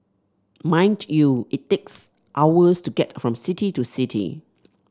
mind you it takes hours to get from city to city